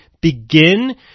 begin